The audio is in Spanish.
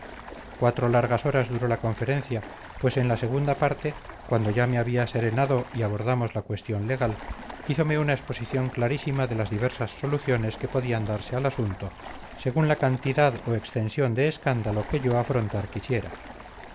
cuatro largas horas duró la conferencia pues en la segunda parte cuando ya me había serenado y abordamos la cuestión legal hízome una exposición clarísima de las diversas soluciones que podían darse al asunto según la cantidad o extensión de escándalo que yo afrontar quisiera